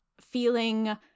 feeling